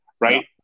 right